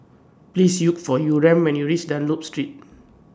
Please Look For Yurem when YOU REACH Dunlop Street